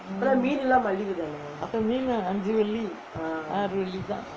அப்பே மீனு அஞ்சு வெள்ளி ஆறு வெள்ளி தான்:appae meenu anju velli aaru velli thaan